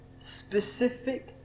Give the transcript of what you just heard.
specific